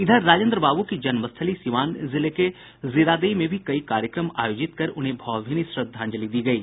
इधर राजेन्द्र बाबू की जन्मस्थली सीवान जिले के जीरादेई में भी कई कार्यक्रम आयोजित कर उन्हें भावभीनी श्रद्धांजलि दी गयी